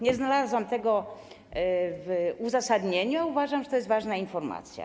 Nie znalazłam tego w uzasadnieniu, a uważam, że to jest ważna informacja.